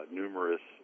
numerous